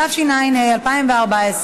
התשע"ה 2014,